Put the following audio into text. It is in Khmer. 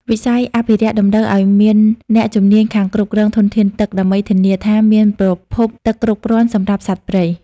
វិស័យអភិរក្សតម្រូវឱ្យមានអ្នកជំនាញខាងគ្រប់គ្រងធនធានទឹក ដើម្បីធានាថាមានប្រភពទឹកគ្រប់គ្រាន់សម្រាប់សត្វព្រៃ។